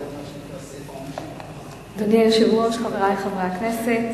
התש"ע 2010, של חברת הכנסת